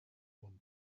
one